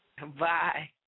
Bye